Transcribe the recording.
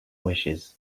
wishes